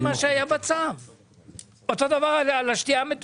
השאלה איך אנחנו רואים את זה בטווח של כמה שנים טובות